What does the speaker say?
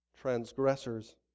transgressors